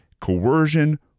coercion